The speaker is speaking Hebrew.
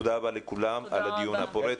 תודה רבה לכולם על הדיון הפורה.